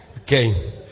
Okay